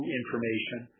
information